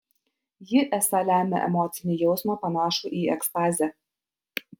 ji esą lemia emocinį jausmą panašų į ekstazę